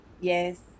Yes